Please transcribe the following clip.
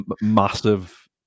massive